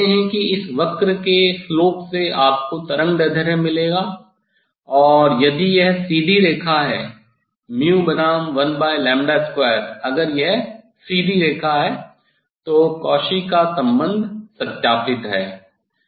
आप जानते हैं कि इस वक्र के ढलान से आपको तरंगदैर्ध्य मिलेगा और यदि यह सीधी रेखा है बनाम 12 अगर यह सीधी रेखा है तो कॉची का संबंध Cauchy's relation सत्यापित है